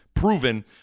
Proven